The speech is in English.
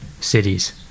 cities